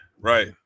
right